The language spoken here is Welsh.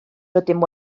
rydym